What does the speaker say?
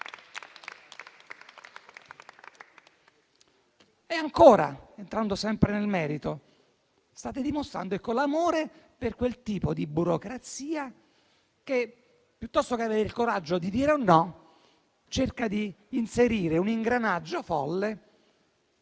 E ancora - entrando sempre nel merito - state dimostrando l'amore per quel tipo di burocrazia che, piuttosto che avere il coraggio di dire un no, cerca di inserire un ingranaggio folle,